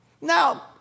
Now